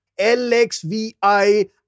LXVI